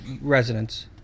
residents